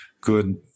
good